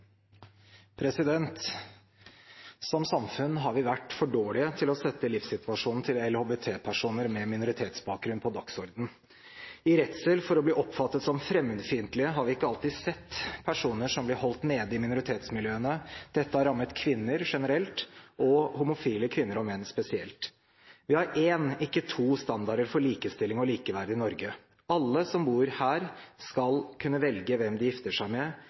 Som samfunn har vi vært for dårlige til å sette livssituasjonen til LHBT-personer med minoritetsbakgrunn på dagsordenen. I redsel for å bli oppfattet som fremmedfiendtlige har vi ikke alltid sett personer som blir holdt nede i minoritetsmiljøene. Dette har rammet kvinner generelt og homofile kvinner og menn spesielt. Vi har én, ikke to, standarder for likestilling og likeverd i Norge. Alle som bor her, skal kunne velge hvem de gifter seg med,